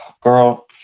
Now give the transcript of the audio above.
girl